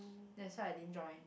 that's why I didn't join